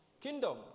kingdom